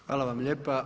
Hvala vam lijepa.